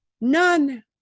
None